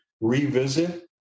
revisit